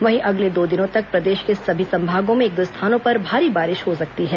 वहीं अगले दो दिनों तक प्रदेश के सभी संभागों में एक दो स्थानों पर भारी बारिश हो सकती है